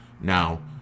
Now